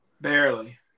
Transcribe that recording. Barely